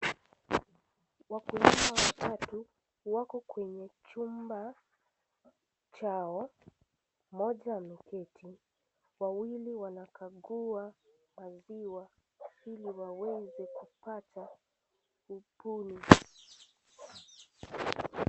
Wakulima watatu, wako kwenye chumba, chao, mmoja ameketi, wawili wana, kagua, maziwa, ili waweze kupata upuni.